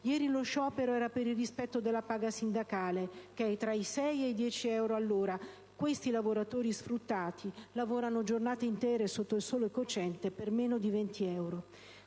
Ieri lo sciopero era per il rispetto della paga sindacale, che è tra i 6 e i 10 euro all'ora: questi lavoratori sfruttati lavorano giornate intere sotto il sole cocente per meno di 20 euro.